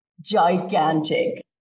gigantic